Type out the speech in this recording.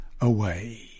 away